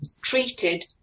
treated